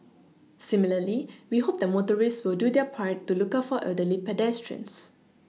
similarly we hope that motorists will do their part to look out for elderly pedestrians